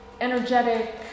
energetic